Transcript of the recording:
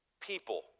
people